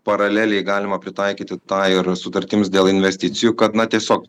paraleliai galima pritaikyti tą ir sutartims dėl investicijų kad na tiesiog